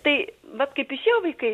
tai vat kaip išėjo vaikai